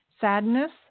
sadness